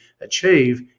achieve